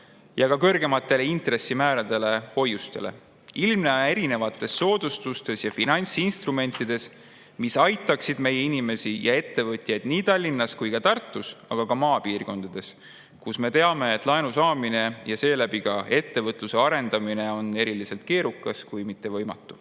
–, kõrgematele intressimääradele ja hoiustele, ilmnema erinevates soodustustes ja finantsinstrumentides, mis aitaksid meie inimesi ja ettevõtjaid nii Tallinnas kui ka Tartus, aga ka maapiirkondades, kus laenu saamine ja seeläbi ka ettevõtluse arendamine on eriliselt keerukas, kui mitte võimatu.